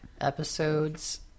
episodes